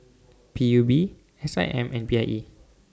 P U B S I M and P I E